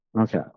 Okay